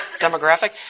demographic